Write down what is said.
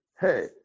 Hey